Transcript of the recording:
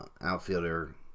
outfielder